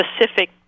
specific